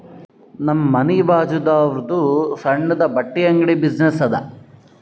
ನಮ್ ಮನಿ ಬಾಜುದಾವ್ರುದ್ ಸಣ್ಣುದ ಬಟ್ಟಿ ಅಂಗಡಿ ಬಿಸಿನ್ನೆಸ್ ಅದಾ